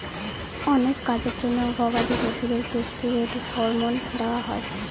অনেক কাজের জন্য গবাদি পশুদের কেষ্টিরৈড হরমোন দেওয়া হয়